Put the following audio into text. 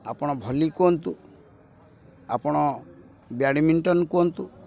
ଆପଣ ଭଲି କୁହନ୍ତୁ ଆପଣ ବ୍ୟାଡ଼ମିଣ୍ଟନ କୁହନ୍ତୁ